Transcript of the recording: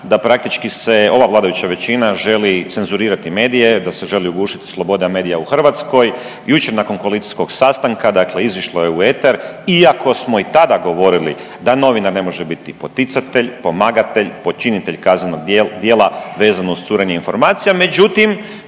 da praktički se ova vladajuća većina želi cenzurirati medije, da se želi ugušiti sloboda medija u Hrvatskoj. Jučer nakon koalicijskog sastanka, dakle izišlo je u eter iako smo i tada govorili da novinar ne može biti poticatelj, pomagatelj, počinitelj kaznenog djela vezano uz curenje informacija, međutim